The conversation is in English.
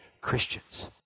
Christians